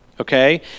okay